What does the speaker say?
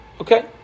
Okay